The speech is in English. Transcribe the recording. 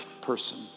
person